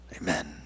Amen